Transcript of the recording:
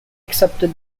accepted